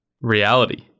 reality